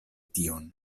tion